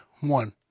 One